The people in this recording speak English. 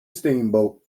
steamboat